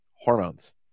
hormones